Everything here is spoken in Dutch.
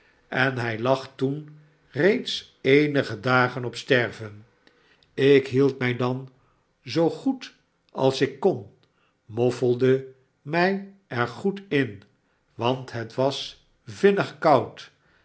en hij lag toen reeds eenige dagen op sterven ik hield mij dan zoo goed als ik kon moffelde mij er goed in want het was vinnig koud